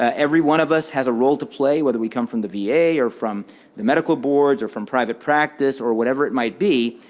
every one of us has a role to play, whether we come from the v a, or from the medical boards, or from private practice, or whatever it might be,